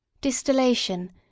Distillation